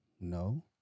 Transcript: No